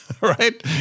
right